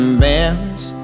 bands